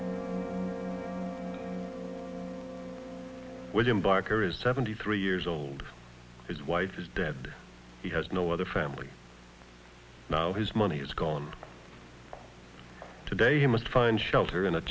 william barker is seventy three years old his wife is dead he has no other family now his money is gone today he must find shelter in a